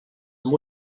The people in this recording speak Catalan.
amb